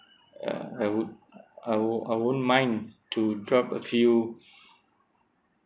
ya I would I would I would won't mind to drop a few